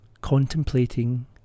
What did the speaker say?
contemplating